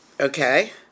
Okay